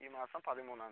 ഈ മാസം പതിമൂന്നാം തീയതി